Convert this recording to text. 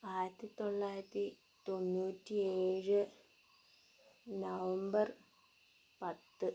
ആയിരത്തി തൊള്ളായിരത്തി തൊണ്ണൂറ്റി ഏഴ് നവംബർ പത്ത്